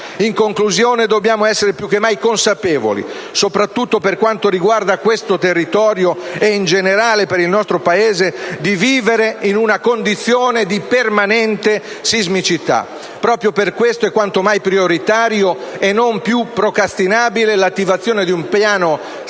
In conclusione, dobbiamo essere più che mai consapevoli, soprattutto per quanto riguarda questo territorio e in generale per il nostro Paese, di vivere in una condizione di permanente sismicità. Proprio per questo è quanto mai prioritaria e non più procrastinabile l'attivazione di un piano strategico